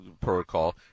protocol